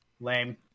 Lame